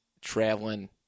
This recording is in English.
traveling